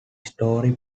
story